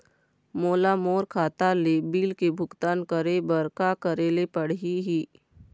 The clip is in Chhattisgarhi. मोला मोर खाता ले बिल के भुगतान करे बर का करेले पड़ही ही?